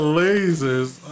lasers